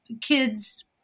kids